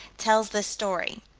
tells this story.